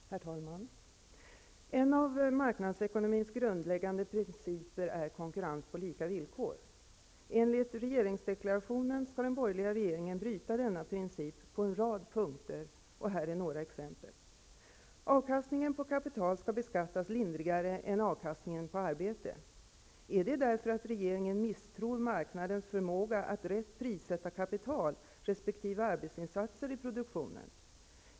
Herr talman! En av marknadsekonomins grundläggande principer är konkurrens på lika villkor. Enligt regeringsdeklarationen skall den borgerliga regeringen bryta denna princip på en rad punkter. Här är några exempel. Avkastningen på kapital skall beskattas lindrigare än avkastningen på arbete. Är anledningen att regeringen misstror marknadens förmåga att rätt prissätta kapital resp. arbetsinsatser i produktionen?